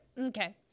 Okay